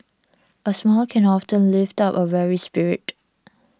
a smile can often lift up a weary spirit